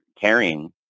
carrying